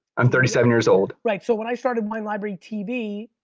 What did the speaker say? i'm thirty seven years old. right, so when i started wine library tv,